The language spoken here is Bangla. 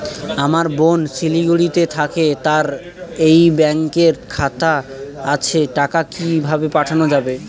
আমার বোন শিলিগুড়িতে থাকে তার এই ব্যঙকের খাতা আছে টাকা কি ভাবে পাঠানো যাবে?